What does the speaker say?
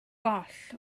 goll